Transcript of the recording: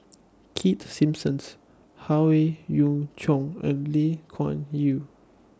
Keith Simmons Howe Yoon Chong and Lee Kuan Yew